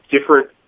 different